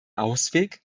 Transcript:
ausweg